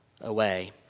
away